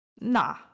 nah